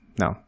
no